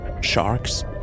sharks